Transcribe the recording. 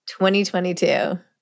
2022